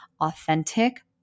authentic